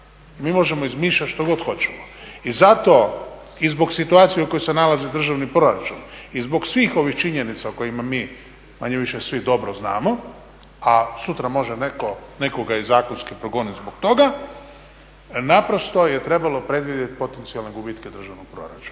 mi možemo izmišljati što god hoćemo. I zato mi možemo i zbog situacije u kojoj se nalazi državni proračun i zbog svih ovih činjenica o kojima manje-više svi dobro znamo, a sutra može neko nekoga i zakonski progoniti zbog toga naprosto je trebalo predvidjeti potencijalne gubitke državnog proračuna.